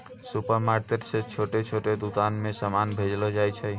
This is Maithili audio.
सुपरमार्केट से छोटो छोटो दुकान मे समान भेजलो जाय छै